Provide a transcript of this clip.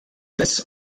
des